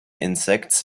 insects